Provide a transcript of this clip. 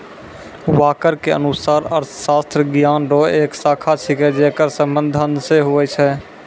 walker के अनुसार अर्थशास्त्र ज्ञान रो एक शाखा छिकै जेकर संबंध धन से हुवै छै